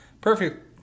perfect